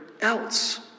else